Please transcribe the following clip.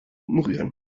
umrühren